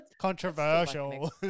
Controversial